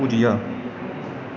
gujiya